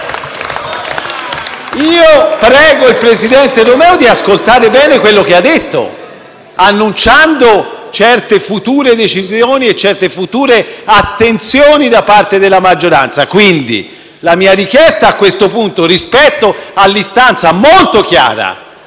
Io prego il presidente Romeo di ascoltare bene quello che ha detto, annunciando certe future decisioni e certe future attenzioni da parte della maggioranza. Quindi, la mia richiesta a questo punto, rispetto all'istanza molto chiara